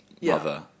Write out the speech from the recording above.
Mother